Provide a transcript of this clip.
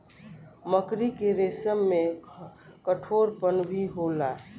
मकड़ी के रेसम में कठोरपन भी होला